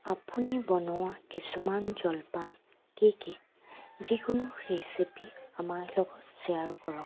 আপুনি বনোৱা কিছুমান জলপান কি কি যিকোনো ৰেচিপি আমাৰ লগত শ্ৱেয়াৰ কৰক